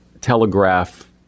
telegraph